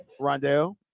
Rondell